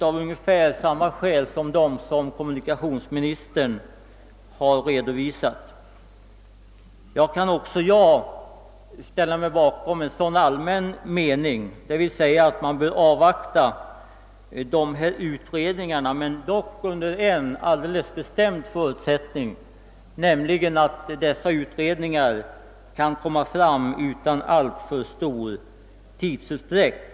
Av ungefär samma skäl som kommunikationsministern har redovisat anser utskottet att tiden inte är mogen för en översyn. Även jag kan ställa mig bakom den allmänna åsikten att utredningarnas resultat bör avvaktas — dock under den bestämda förutsättningen att utredningsförslagen läggs fram utan alltför stor tidsutdräkt.